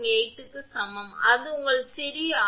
718 க்கு சமம் அது உங்கள் சிறிய ஆர்